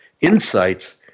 insights